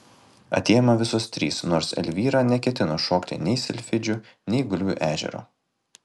atėjome visos trys nors elvyra neketino šokti nei silfidžių nei gulbių ežero